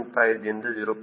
5 ದಿಂದ 0